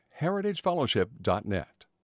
heritagefellowship.net